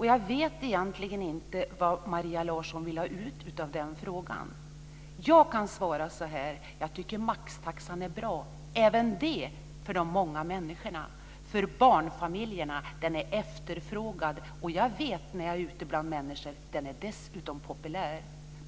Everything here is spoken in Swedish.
Jag vet egentligen inte vad Maria Larsson vill ha ut av den frågan. Jag kan svara att jag tycker att maxtaxan är bra, även det för de många människorna, för barnfamiljerna. Den är efterfrågad, och jag vet när jag är ute bland människor att den dessutom är populär.